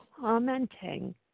commenting